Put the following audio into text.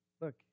Look